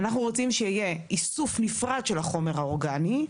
אנחנו רוצים שיהיה איסוף נפרד של החומר האורגני.